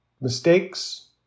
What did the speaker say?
mistakes